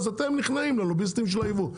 אז אם נכנעים ללוביסטים של הייבוא.